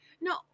No